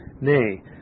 nay